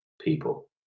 people